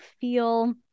feel